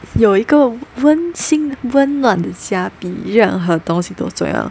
有一个温馨温暖的家比任何东西都重要